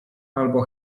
albo